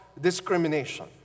discrimination